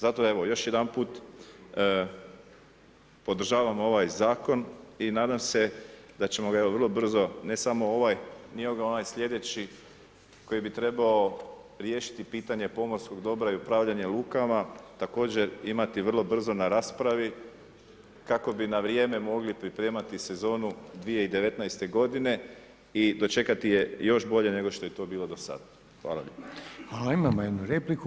Zato evo, još jedanput podržavam ovaj zakon i nadam se da ćemo ga vrlo brzo ne samo ovaj, nego i onaj slijedeći koji bi trebao riješiti pitanje pomorskog dobra i upravljanje lukama, također imati vrlo brzo na raspravi kako bi na vrijeme mogli pripremati sezonu 2019. g. i dočekati je još bolje nego što je to bilo do sada.